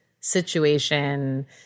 situation